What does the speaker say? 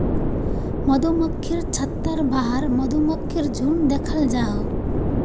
मधुमक्खिर छत्तार बाहर मधुमक्खीर झुण्ड दखाल जाहा